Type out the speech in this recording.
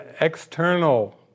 external